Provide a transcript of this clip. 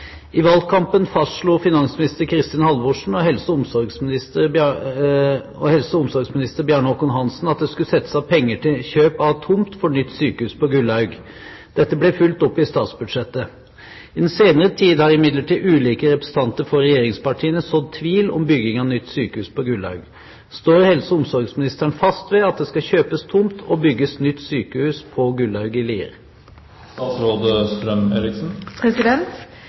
i statsbudsjettet. I den senere tid har imidlertid ulike representanter for regjeringspartiene sådd tvil om bygging av nytt sykehus på Gullaug. Står statsråden fast ved at det skal kjøpes tomt, og bygges nytt sykehus på Gullaug i